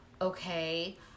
Okay